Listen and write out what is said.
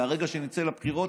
מרגע שנצא לבחירות,